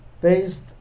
based